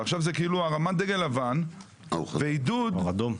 ועכשיו זה כאילו הרמת דגל לבן ועידוד --- כלומר אדום?